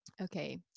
okay